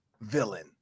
villain